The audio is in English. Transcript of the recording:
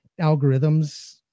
algorithms